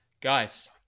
Guys